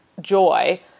joy